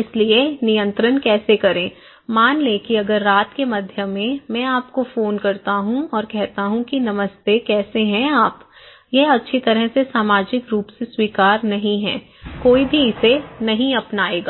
इसलिए नियंत्रण कैसे करेंमान लें कि अगर रात के मध्य में मैं आपको फोन करता हूं और कहता हूं कि नमस्ते कैसे हैं आप यह अच्छी तरह से सामाजिक रूप से स्वीकार नहीं है कोई भी इसे नहीं अपनाएगा